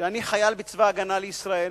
שאני חייל בצבא-הגנה לישראל,